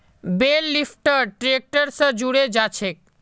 बेल lifter tractor स जुड़े जाछेक